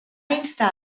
instar